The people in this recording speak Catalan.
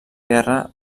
guerra